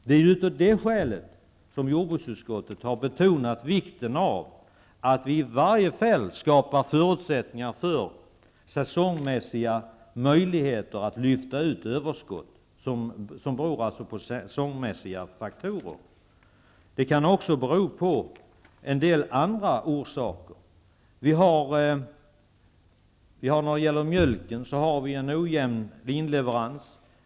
Det är skälet till att jordbruksutskottet har betonat vikten av att vi skapar förutsättningar för att lyfta ut överskott som beror på säsongsmässiga faktorer. Överskottet kan också bero på en del andra saker. När det gäller mjölken har vi en ojämn inleverans.